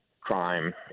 crime